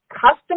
custom